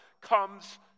comes